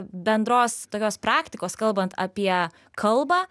bendros tokios praktikos kalbant apie kalbą